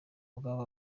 bw’aba